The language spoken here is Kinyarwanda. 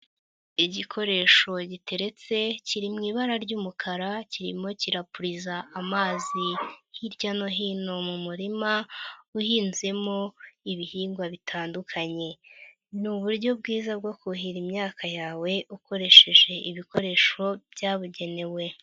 Igikoresho giteretse kiri mu ibara ry'umukara, kirimo kirakwiza amazi hirya no hino mu murima uhinzemo ibihingwa bitandukanye. Ni uburyo bwiza bwo kuhira imyaka yawe ukoresheje ibikoresho byabugenewe.